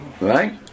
Right